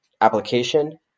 application